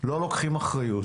לא לוקחים אחריות,